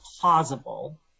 plausible